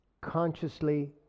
consciously